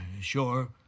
Sure